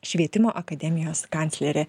švietimo akademijos kanclerė